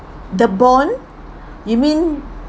the bond you mean